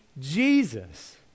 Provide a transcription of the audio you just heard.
Jesus